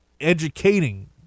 educating